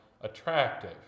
attractive